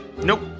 Nope